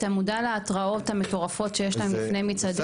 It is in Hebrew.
אתה מודע להתרעות המטורפות שיש להם לפני מצעדים?